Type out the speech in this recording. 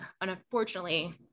unfortunately